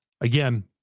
again